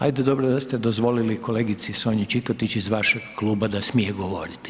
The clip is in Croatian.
Ajde dobro da ste dozvolili kolegici Sonji Čikotić iz vašeg kluba da smije govoriti.